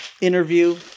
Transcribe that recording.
interview